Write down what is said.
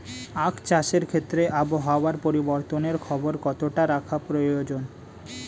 আখ চাষের ক্ষেত্রে আবহাওয়ার পরিবর্তনের খবর কতটা রাখা প্রয়োজন?